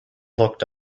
looked